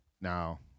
Now